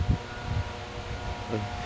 uh